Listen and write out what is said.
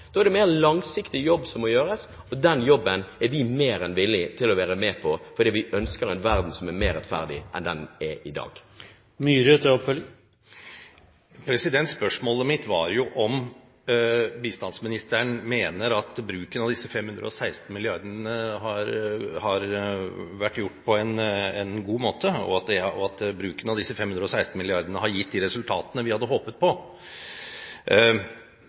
Da er det en mer langsiktig jobb som må gjøres, og den jobben er vi mer enn villig til å være med på, fordi vi ønsker en verden som er mer rettferdig enn det den er i dag. Spørsmålet mitt var jo om bistandsministeren mener at disse 516 mrd. kr har vært brukt på en god måte, og at bruken av disse 516 mrd. kr har gitt de resultatene vi hadde håpet på.